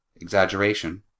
exaggeration